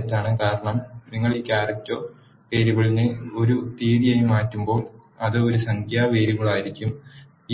ഫലം തെറ്റാണ് കാരണം നിങ്ങൾ ഈ ക്യാരക്ടർ വേരിയബിളിനെ ഒരു തീയതിയായി മാറ്റുമ്പോൾ അത് ഒരു സംഖ്യാ വേരിയബിളായിരിക്കും